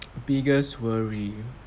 biggest worry